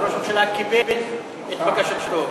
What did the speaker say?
וראש הממשלה כיבד את בקשתו.